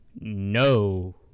No